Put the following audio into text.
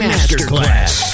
Masterclass